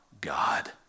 God